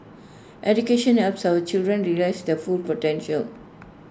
education helps our children realise their full potential